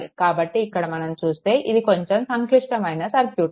కాబట్టి ఇక్కడ మనం చూస్తే ఇది కొంచెం సంక్లిష్టమైన సర్క్యూట్